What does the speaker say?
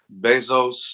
Bezos